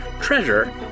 Treasure